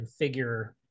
configure